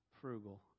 frugal